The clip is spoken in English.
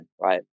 right